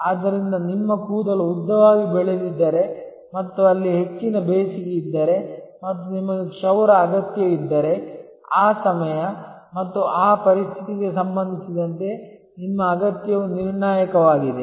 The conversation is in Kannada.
ಆದ್ದರಿಂದ ನಿಮ್ಮ ಕೂದಲು ಉದ್ದವಾಗಿ ಬೆಳೆದಿದ್ದರೆ ಮತ್ತು ಅಲ್ಲಿ ಹೆಚ್ಚಿನ ಬೇಸಿಗೆ ಇದ್ದರೆ ಮತ್ತು ನಿಮಗೆ ಕ್ಷೌರ ಅಗತ್ಯವಿದ್ದರೆ ಆ ಸಮಯ ಮತ್ತು ಆ ಪರಿಸ್ಥಿತಿಗೆ ಸಂಬಂಧಿಸಿದಂತೆ ನಿಮ್ಮ ಅಗತ್ಯವು ನಿರ್ಣಾಯಕವಾಗಿದೆ